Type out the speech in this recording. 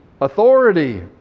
authority